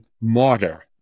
martyr